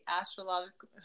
astrological